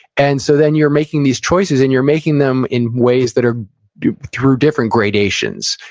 and so, then you're making these choices, and you're making them in ways that are through different gradations.